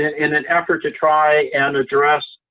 and in an effort to try and address,